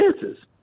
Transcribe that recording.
chances